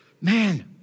Man